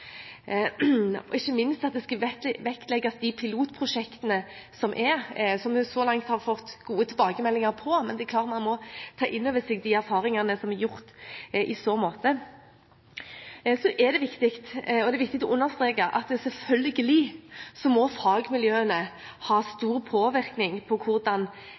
og ikke minst at pilotprosjektene – som vi så langt har fått gode tilbakemeldinger på – vektlegges. Man må ta inn over seg de erfaringene som er gjort i så måte. Det er viktig å understreke at fagmiljøene selvfølgelig må ha stor påvirkning på hvordan